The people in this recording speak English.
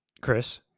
chris